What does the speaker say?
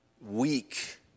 weak